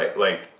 like like,